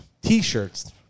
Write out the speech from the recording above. T-shirts